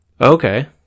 Okay